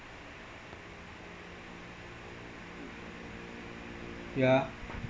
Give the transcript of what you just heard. yeah